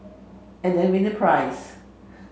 and then win a prize